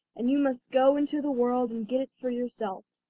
and you must go into the world and get it for yourself.